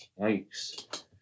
Yikes